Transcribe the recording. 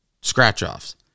scratch-offs